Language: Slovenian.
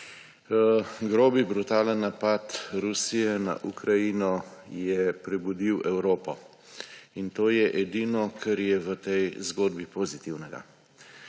Grob, brutalen napad Rusije na Ukrajino je prebudil Evropo in to je edino, kar je v tej zgodbi pozitivnega.